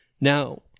Now